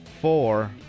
four